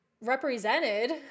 represented